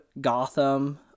Gotham